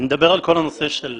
אני מדבר על כל הנושא של